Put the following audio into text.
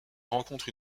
rencontre